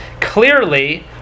clearly